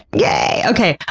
yay! okay.